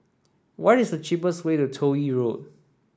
what is the cheapest way to Toh Yi Road